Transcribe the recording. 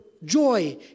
joy